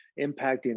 impacting